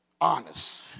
honest